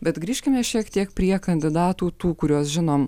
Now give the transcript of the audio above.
bet grįžkime šiek tiek prie kandidatų tų kuriuos žinom